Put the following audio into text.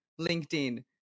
LinkedIn